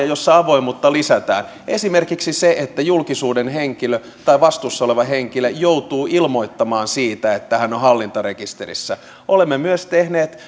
joissa avoimuutta lisätään esimerkiksi se että julkisuuden henkilö tai vastuussa oleva henkilö joutuu ilmoittamaan siitä että hän on hallintarekisterissä olemme myös tehneet